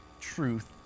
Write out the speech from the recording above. truth